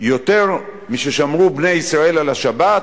יותר מששמרו בני ישראל על השבת,